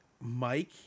Mike